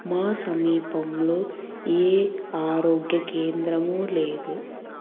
మా సమీపంలో ఏ ఆరోగ్య కేంద్రము లేదు